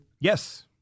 Yes